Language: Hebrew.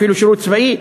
אפילו שירות צבאי,